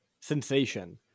sensation